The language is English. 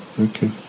okay